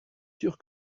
sûr